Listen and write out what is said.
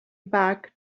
back